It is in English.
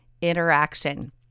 interaction